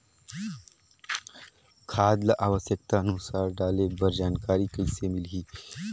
खाद ल आवश्यकता अनुसार डाले बर जानकारी कइसे मिलही?